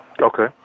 okay